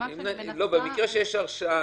במקרה שיש הרשעה,